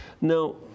Now